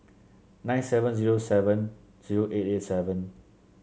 nine seven zero seven zero eight eight seven